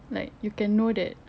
like you can know that